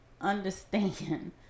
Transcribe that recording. understand